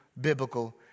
biblical